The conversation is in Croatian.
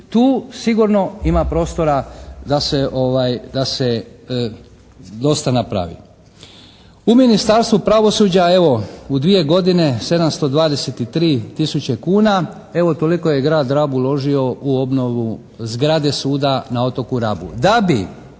tu sigurno ima prostora da se dosta napravi. U Ministarstvu pravosuđa evo u dvije godine 723 tisuće kuna, evo toliko je grad Rab uložio u obnovu zgrade suda na otoku Rabu.